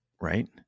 right